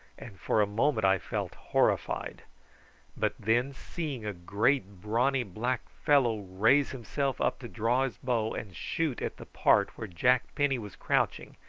and for a moment i felt horrified but then, seeing a great brawny black fellow raise himself up to draw his bow and shoot at the part where jack penny was crouching,